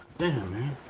damn man.